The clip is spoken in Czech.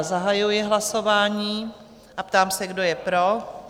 Zahajuji hlasování a ptám se, kdo je pro?